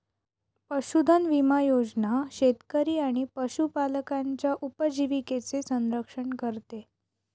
पशुधन विमा योजना शेतकरी आणि पशुपालकांच्या उपजीविकेचे संरक्षण करते